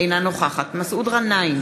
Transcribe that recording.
אינה נוכחת מסעוד גנאים,